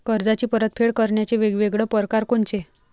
कर्जाची परतफेड करण्याचे वेगवेगळ परकार कोनचे?